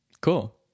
Cool